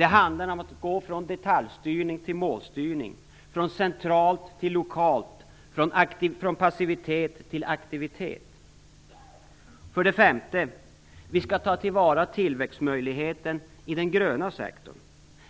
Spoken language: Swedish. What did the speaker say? Det handlar om att gå från detaljstyrning till målstyrning, från central styrning till lokal styrning, från passivitet till aktivitet. För det femte: Vi skall ta till vara tillväxtmöjligheten i den gröna sektorn.